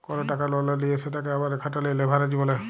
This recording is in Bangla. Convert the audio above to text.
কল টাকা ললে লিঁয়ে সেটকে আবার খাটালে লেভারেজ ব্যলে